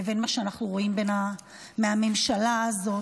לבין מה שאנחנו רואים מהממשלה הזאת.